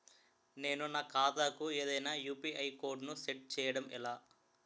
నేను నా ఖాతా కు ఏదైనా యు.పి.ఐ కోడ్ ను సెట్ చేయడం ఎలా?